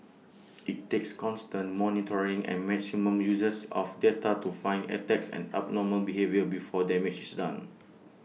IT takes constant monitoring and maximum uses of data to find attacks and abnormal behaviour before damage is done